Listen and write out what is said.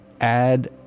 add